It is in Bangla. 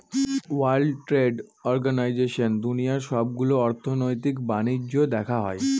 ওয়ার্ল্ড ট্রেড অর্গানাইজেশনে দুনিয়ার সবগুলো অর্থনৈতিক বাণিজ্য দেখা হয়